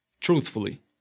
Truthfully